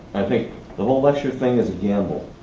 i think the whole lecture thing is a gamble.